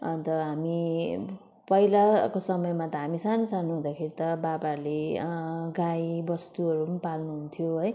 अन्त हामी पहिलाको समयमा त हामी सानो सानो हुँदाखेरि त बाबाहरूले गाई बस्तुहरू पनि पाल्नु हुन्थ्यो है